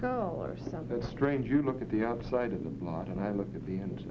girl or something strange you look at the outside of the lot and i look at the end